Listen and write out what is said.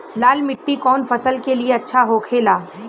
लाल मिट्टी कौन फसल के लिए अच्छा होखे ला?